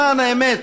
למען האמת,